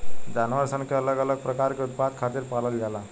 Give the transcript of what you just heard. जानवर सन के अलग अलग प्रकार के उत्पाद खातिर पालल जाला